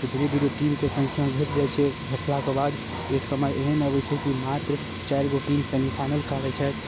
तऽ धीरे धीरे टीमके संख्या घटि जाइ छै घटलाके बाद एक समय एहन अबै छै कि मात्र चारिगो टीम सेमिफाइनल खेलाइ छथि